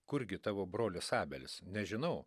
kurgi tavo brolis abelis nežinau